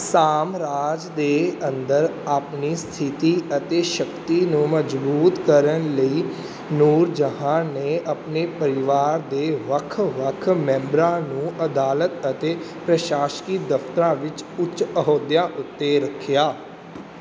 ਸਾਮਰਾਜ ਦੇ ਅੰਦਰ ਆਪਣੀ ਸਥਿਤੀ ਅਤੇ ਸ਼ਕਤੀ ਨੂੰ ਮਜ਼ਬੂਤ ਕਰਨ ਲਈ ਨੂਰ ਜਹਾਂ ਨੇ ਆਪਣੇ ਪਰਿਵਾਰ ਦੇ ਵੱਖ ਵੱਖ ਮੈਂਬਰਾਂ ਨੂੰ ਅਦਾਲਤ ਅਤੇ ਪ੍ਰਸ਼ਾਸਕੀ ਦਫ਼ਤਰਾਂ ਵਿੱਚ ਉੱਚ ਅਹੁਦਿਆਂ ਉੱਤੇ ਰੱਖਿਆ